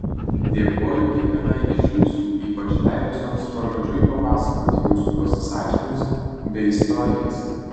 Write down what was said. dėkoju kiekvienai iš jūsų ypač leidusioms pažodžiui papasakoti jūsų pasisakymus bei istorijas